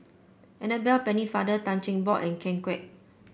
Annabel Pennefather Tan Cheng Bock and Ken Kwek